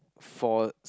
for